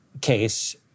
case